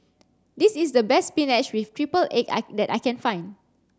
this is the best spinach with triple egg that I can find